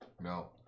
No